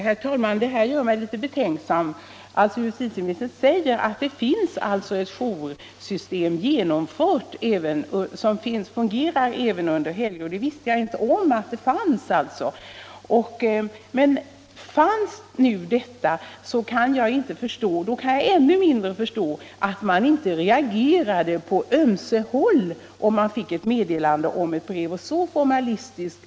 Herr talman! Det gör mig litet betänksam att justitieministern säger att det finns ett joursystem genomfört, som fungerar även under helger. Jag visste inte om att det fanns ett sådant. Men fanns nu detta, kan jag ännu mindre förstå att man inte reagerade på ömse håll när man först fick ett meddelande om att det skulle komma ett brev, som sedan inte kom fram.